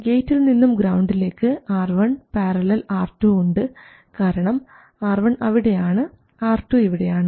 ഗേറ്റിൽ നിന്നും ഗ്രൌണ്ടിലേക്ക് R1 ║ R2 ഉണ്ട് കാരണം R1 അവിടെയാണ് R2 ഇവിടെയാണ്